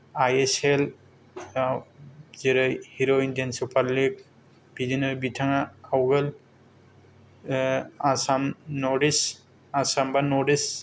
आइ S L आव जेरै हिर' इण्डियान सुपार लिग बिदिनो बिथाङा आगोल आसाम नर्थ इस्त आसाम बा नर्थ इस्त